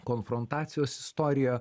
konfrontacijos istorija